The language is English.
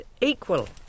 equal